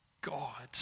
God